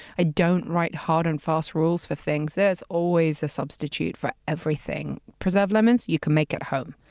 i don't write hard and fast rules for things. there's always a substitute for everything. preserved lemons you can make at home.